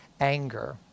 anger